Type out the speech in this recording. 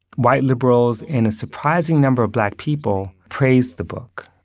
white liberals and a surprising number of black people praised the book.